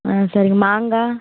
ஆ சரிங்க மாங்காய்